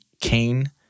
Cain